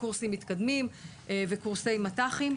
קורסים מתקדמים וקורסי מת"חים.